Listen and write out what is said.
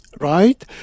right